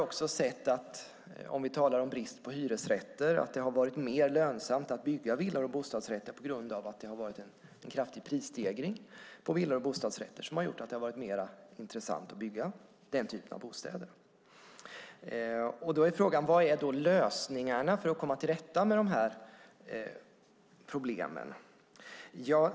Om vi talar om brist på hyresrätter har vi också sett att det varit mer lönsamt att bygga villor och bostadsrätter på grund av att det har varit en kraftig prisstegring på villor och bostadsrätter som har gjort att det varit mer intressant att bygga den typen av bostäder. Vad är då lösningarna för att komma till rätte med de problemen?